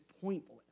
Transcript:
pointless